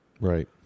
Right